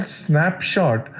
snapshot